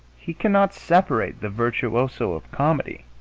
he cannot separate the virtuoso of comedy